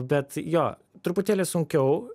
bet jo truputėlį sunkiau